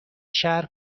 شهر